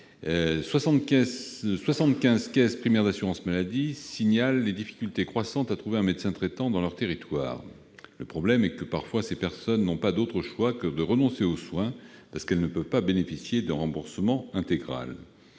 75 caisses primaires d'assurance maladie signalent les difficultés croissantes à trouver un médecin traitant sur leur territoire. Et les personnes concernées n'ont parfois pas d'autre choix que de renoncer aux soins, parce qu'elles ne peuvent pas bénéficier d'un remboursement intégral.